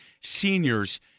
seniors